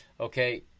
okay